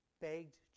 begged